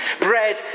Bread